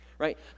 Right